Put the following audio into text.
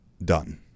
Done